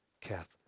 Kath